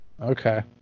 Okay